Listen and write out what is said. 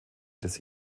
des